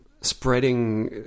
spreading